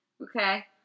okay